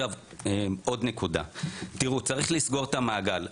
עוד נקודה, צריך לסגור את המעגל.